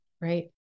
right